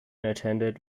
attended